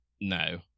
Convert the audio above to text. no